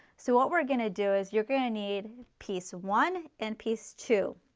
so what we are going to do is you are going to need piece one and piece two.